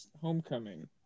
Homecoming